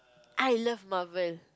I love marvel